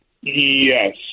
Yes